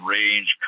Range